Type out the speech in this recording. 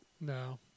No